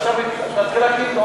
ועכשיו נתחיל להקים,